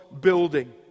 building